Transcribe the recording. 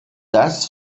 das